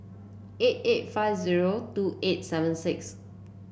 eight eight five zero two eight seven six